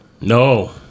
No